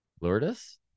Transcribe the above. Lourdes